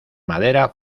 madera